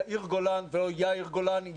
הידבקות יתר לילדות וילדים בכיתה ה'